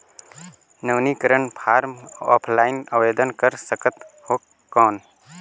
नवीनीकरण form offline आवेदन कर सकत हो कौन?